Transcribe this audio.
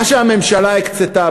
מה שהממשלה הקצתה,